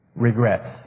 regrets